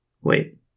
Wait